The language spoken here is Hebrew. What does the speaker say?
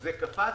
זה קפץ.